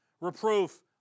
Reproof